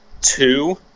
Two